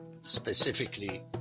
specifically